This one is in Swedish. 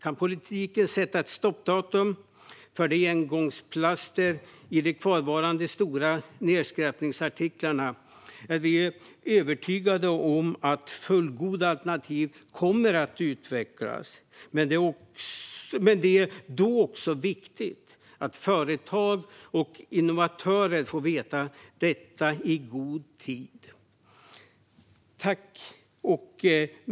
Kan politiken sätta ett stoppdatum för engångsplaster i de kvarvarande stora nedskräpningsartiklarna är vi övertygade om att fullgoda alternativ kommer att utvecklas - men det är då också viktigt att företag och innovatörer får veta detta i god tid.